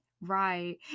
right